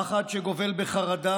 פחד שגובל בחרדה